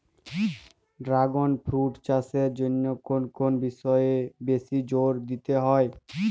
Dragon fruit চাষের জন্য কোন কোন বিষয়ে বেশি জোর দিতে হয়?